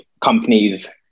companies